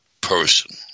person